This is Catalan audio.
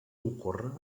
ocorre